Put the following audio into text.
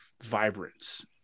vibrance